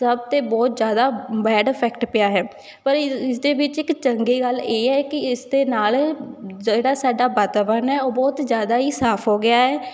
ਸਭ 'ਤੇ ਬਹੁਤ ਜ਼ਿਆਦਾ ਬੈਡ ਇਫੈਕਟ ਪਿਆ ਹੈ ਪਰ ਇ ਇਸਦੇ ਵਿੱਚ ਇੱਕ ਚੰਗੀ ਗੱਲ ਇਹ ਹੈ ਕਿ ਇਸ ਦੇ ਨਾਲ ਜਿਹੜਾ ਸਾਡਾ ਵਾਤਾਵਰਨ ਹੈ ਉਹ ਬਹੁਤ ਜ਼ਿਆਦਾ ਹੀ ਸਾਫ ਹੋ ਗਿਆ ਹੈ